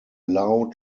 allow